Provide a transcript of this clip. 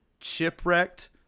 Chipwrecked